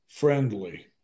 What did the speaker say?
friendly